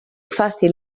fàcil